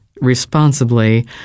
responsibly